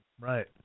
right